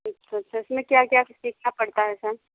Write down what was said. अच्छा सर इसमें क्या क्या सीखना पड़ता है सर